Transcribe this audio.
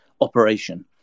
operation